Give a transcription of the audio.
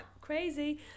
crazy